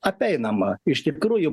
apeinama iš tikrųjų